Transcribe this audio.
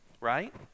right